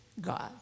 God